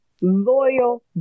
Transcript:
Loyal